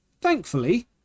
thankfully